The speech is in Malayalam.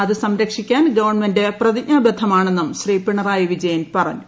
അത് സംരക്ഷിക്കാൻ ഗവൺമെന്റ് പ്രതിജ്ഞാബദ്ധമാണെന്നും ശ്രീ പിണറായി വിജയൻ പറഞ്ഞു